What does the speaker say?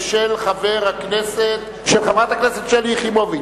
של חברת הכנסת שלי יחימוביץ.